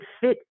fit